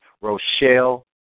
Rochelle